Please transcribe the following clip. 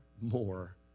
more